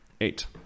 Eight